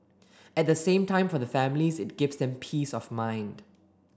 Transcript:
at the same time for the families it gives them peace of mind